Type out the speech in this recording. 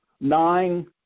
nine